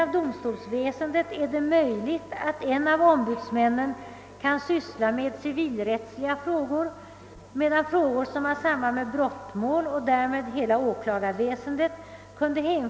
Under remissbehandilingen av utredningsförslaget har en organisation med tre ombudsmän — ev.